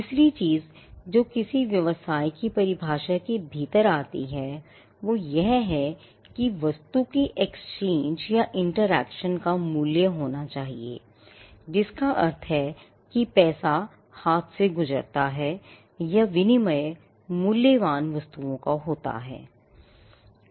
तीसरी चीज जो किसी व्यवसाय की परिभाषा के भीतर आती हैवो यह है कि वस्तु के exchange या interaction का मूल्य होना चाहिए जिसका अर्थ है कि पैसा हाथ से गुजरता है या विनिमय मूल्यवान वस्तुओं का है